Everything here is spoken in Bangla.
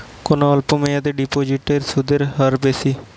কোন অল্প মেয়াদি ডিপোজিটের সুদের হার বেশি?